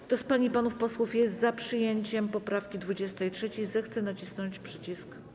Kto z pań i panów posłów jest za przyjęciem poprawki 23., zechce nacisnąć przycisk.